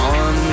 on